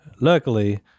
luckily